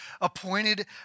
appointed